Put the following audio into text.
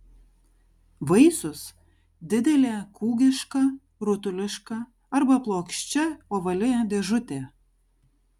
vaisius didelė kūgiška rutuliška arba plokščia ovali dėžutė